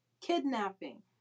kidnapping